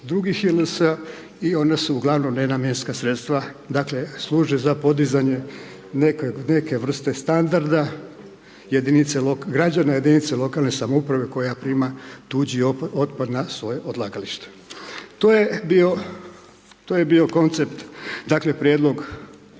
korist JLS-a i onda su uglavnom nenamjenska sredstva dakle služe za podizanje neke vrste standarda jedinica, građana jedinice lokalne samouprave koja prima tuđi otpad na svoje odlagalište. To je bio, to je bio koncept dakle prijedlog